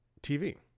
TV